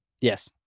yes